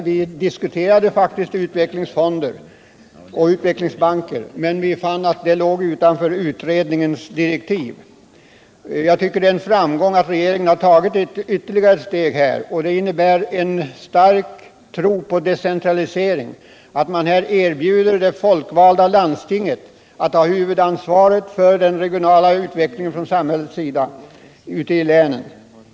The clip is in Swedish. Vi diskuterade faktiskt utvecklingsfonder och utvecklingsbanker men fann att det inte låg inom ramen för utredningsdirektiven. Jag tycker det är en framgång att regeringen tagit ett ytterligare steg. Och det innebär en stark tro på decentraliseringen att man erbjuder de folkvalda landstingen att ha huvudansvar för den regionala utvecklingen i länen.